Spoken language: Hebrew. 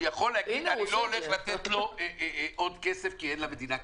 הוא יכול להגיד: אני לא הולך לתת לו עוד כסף כי אין למדינה כסף,